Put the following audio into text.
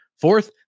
Fourth